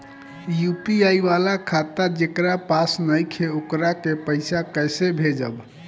UPI वाला खाता जेकरा पास नईखे वोकरा के पईसा कैसे भेजब?